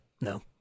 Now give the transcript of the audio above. no